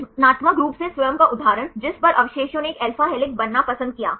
रचनात्मक रूप से स्वयं का उदाहरण जिस पर अवशेषों ने एक alpha हेलिक्स बनना पसंद किया